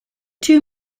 two